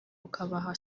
ukabaha